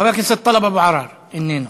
חבר הכנסת טלב אבו עראר, איננו.